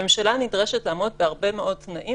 הממשלה נדרשת לעמוד בהרבה מאוד תנאים